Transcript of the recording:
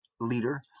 leader